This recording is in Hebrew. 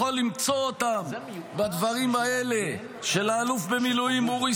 יכול למצוא אותם בדברים האלה של האלוף במילואים אורי